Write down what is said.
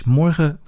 Morgen